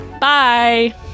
Bye